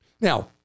Now